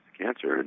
cancer